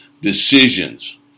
Decisions